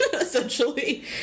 essentially